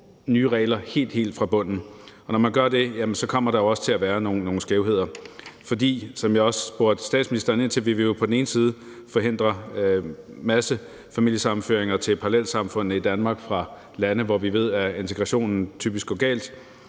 nye regler helt, helt fra bunden, og når man gør det, kommer der også til at være nogle skævheder, fordi vi, som jeg også spurgte statsministeren ind til, vil forhindre massefamiliesammenføringer til parallelsamfundene i Danmark fra lande, hvor vi ved, at integrationen typisk går galt,